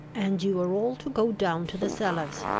and you are all to go down to the cellars.